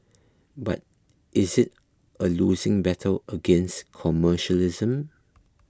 but is it a losing battle against commercialism